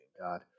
God